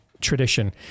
tradition